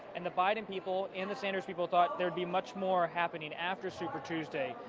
and the biden people and sanders people thought there would be much more happening after super tuesday.